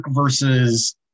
versus